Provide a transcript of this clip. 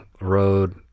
road